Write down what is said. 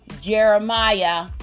Jeremiah